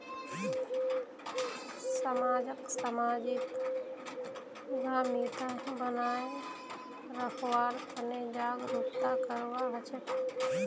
समाजक सामाजिक उद्यमिता बनाए रखवार तने जागरूकता करवा हछेक